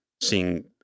seeing